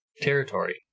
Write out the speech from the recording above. territory